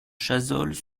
chazolles